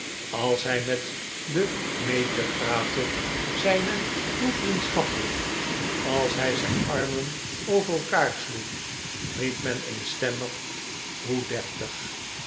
als hij met den mayor praatte zei men hoe vriendschappelijkl als hij zijn armen over elkaar sloeg riep men eenstemmig hoe deftig